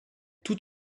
tout